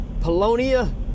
polonia